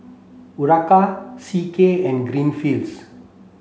Urana C K and Greenfields